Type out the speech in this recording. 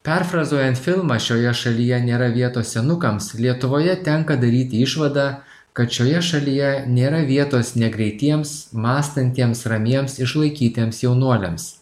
perfrazuojant filmą šioje šalyje nėra vietos senukams lietuvoje tenka daryti išvadą kad šioje šalyje nėra vietos ne greitiems mąstantiems ramiems išlaikytiems jaunuoliams